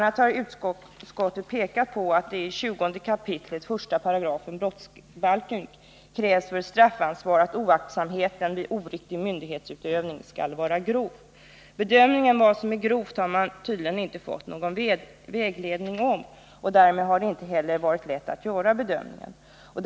a. har utskottet framhållit att det i 20 kap. 1 § brottsbalken krävs för straffansvar att oaktsamheten vid oriktig myndighetsutövning skall vara grov. Beträffande bedömningen om vad som är grovt har man tydligen inte fått någon vägledning, och därför har det inte heller varit lätt att göra någon bedömning.